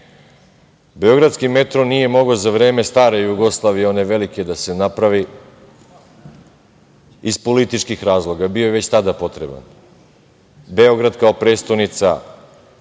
Beogradski metro nije mogao za vreme stare Jugoslavije, one velike, da se napravi iz političkih razloga, a bio je već tada potreban. Beograd kao prestonica